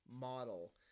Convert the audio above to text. model